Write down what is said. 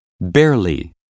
Barely